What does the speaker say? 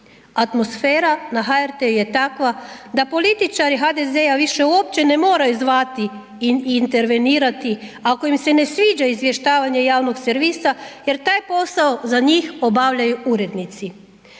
Atmosfera na HRT-u je takva da političari HDZ-a više uopće ne moraju zvati i intervenirati ako im se ne sviđa izvještavanje javnog servisa jer taj posao za njih obavljaju urednici.